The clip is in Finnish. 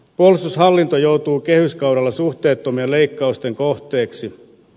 puolustushallinto joutuu kehyskaudella suhteettomien leikkausten kohteeksi